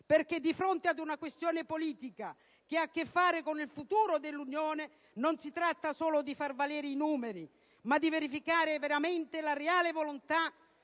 di fronte ad una questione politica che ha a che fare con il futuro dell'Unione non si tratta solo di far valere i numeri, ma di verificare veramente la reale volontà